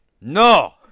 No